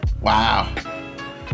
Wow